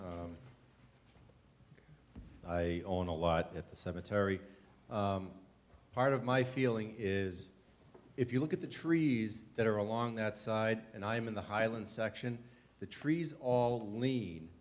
roshan i own a lot at the cemetery part of my feeling is if you look at the trees that are along that side and i'm in the highland section the trees all lea